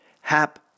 Hap